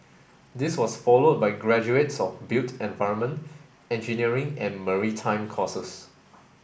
this was followed by graduates of built environment engineering and maritime courses